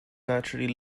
naturally